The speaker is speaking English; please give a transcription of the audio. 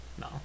No